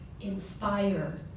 inspire